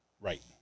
Right